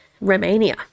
romania